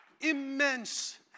immense